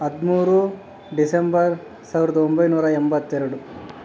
ಹದಿಮೂರು ಡಿಸೆಂಬರ್ ಸಾವಿರದ ಒಂಬೈನೂರ ಎಂಬತ್ತೆರಡು